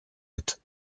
mit